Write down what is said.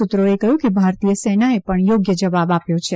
સૂત્રોએ કહ્યું કે ભારતીય સેનાએ પણ યોગ્ય જવાબ આપ્યો છે